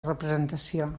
representació